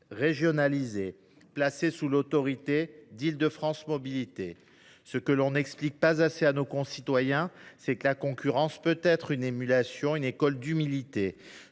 régionalisée, placée sous l’autorité d’Île de France Mobilités. Ce que l’on n’explique pas assez à nos concitoyens, c’est que la concurrence peut être une émulation, une école d’humilité.